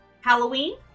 Halloween